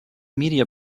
media